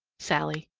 sallie.